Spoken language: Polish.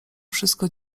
wszystko